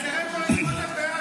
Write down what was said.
איך 23?